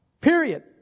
Period